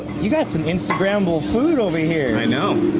you've got some in scramble food over here, i know